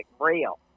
real